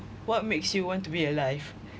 what makes you want to be alive